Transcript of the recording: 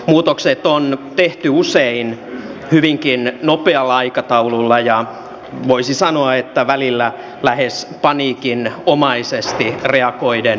muutokset on tehty usein hyvinkin nopealla aikataululla ja voisi sanoa että välillä lähes paniikinomaisesti reagoiden tapahtuneisiin